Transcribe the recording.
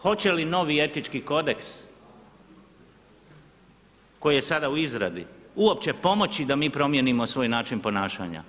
Hoće li novi Etički kodeks koji je sada u izradi uopće pomoći da mi promijenimo svoj način ponašanja.